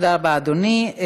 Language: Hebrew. תודה רבה, אדוני.